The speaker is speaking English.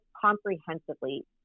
comprehensively